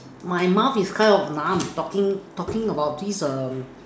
my mouth is kind of numb talking taking about this um